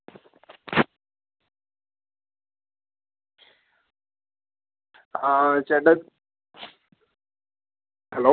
ആ ചേട്ടാ ഹലോ